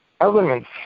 elements